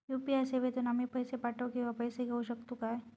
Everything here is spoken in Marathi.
यू.पी.आय सेवेतून आम्ही पैसे पाठव किंवा पैसे घेऊ शकतू काय?